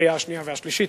לקריאה השנייה והשלישית.